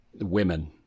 women